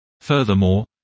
Furthermore